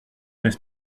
n’est